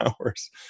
hours